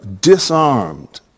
disarmed